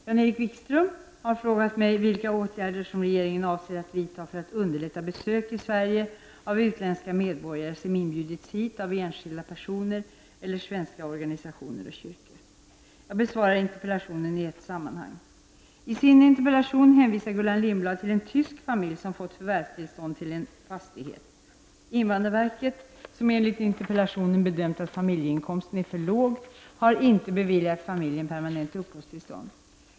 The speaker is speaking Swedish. Jan-Erik Wikström har frågat mig vilka åtgärder som regeringen avser att vidta för att underlätta besök i Sverige av utländska medborgare som inbjudits hit av enskilda personer eller av svenska organisationer och kyrkor. Jag besvarar interpellationen och frågan i ett sammanhang. I sin interpellation hänvisar Gullan Lindblad till en tysk familj som fått förvärvstillstånd till en fastighet. Invandrarverket, som -- enligt interpellationen -- bedömt att familjeinkomsten är för låg, har inte beviljat familjen permanent uppehållstillstånd.